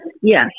yes